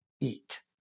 eat